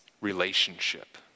relationship